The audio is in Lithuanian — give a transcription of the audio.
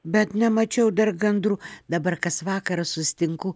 bet nemačiau dar gandrų dabar kas vakarą susitinku